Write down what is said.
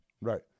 Right